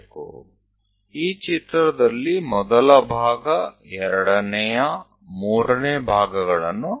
ચાલો આ આકૃતિ પર પહેલો ભાગ બીજો ત્રીજો આ રીતે ગણીએ